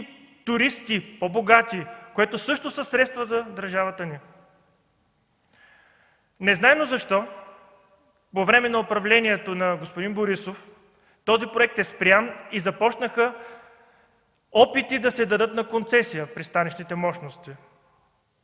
туристи, по-богати – също средства за държавата ни. Незнайно защо по време на управлението на господин Борисов този проект е спрян и започнаха опити да се дадат на концесия пристанищните мощности.